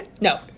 No